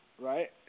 Right